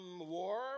war